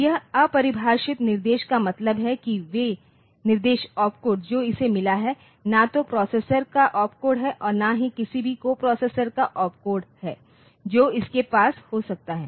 तो यह अपरिभाषित निर्देश का मतलब है कि वे निर्देश ओपोड जो इसे मिला है न तो प्रोसेसर का ओपकोड है और न ही किसी भी कोप्रोसेसर्स का ओपकोड जो इसके पास हो सकता है